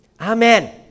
Amen